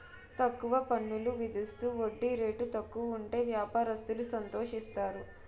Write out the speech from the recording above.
తక్కువ పన్నులు విధిస్తూ వడ్డీ రేటు తక్కువ ఉంటే వ్యాపారస్తులు సంతోషిస్తారు